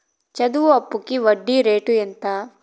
చదువు అప్పుకి వడ్డీ రేటు ఎంత?